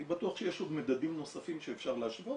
אני בטוח שיש עוד מדדים נוספים שאפשר להשוות